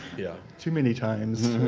yeah. too many times.